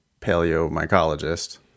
paleomycologist